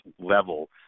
level